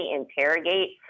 interrogate